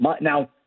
Now